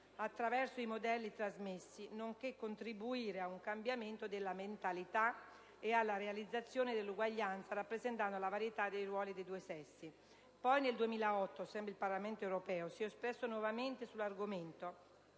attraverso i modelli trasmessi, nonché contribuire a un cambiamento della mentalità e alla realizzazione dell'eguaglianza rappresentando la varietà di ruoli dei due sessi. Ancora nel 2008, sempre il Parlamento europeo si è espresso nuovamente sull'argomento